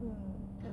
ya okay